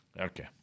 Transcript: Okay